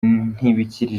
ntibikiri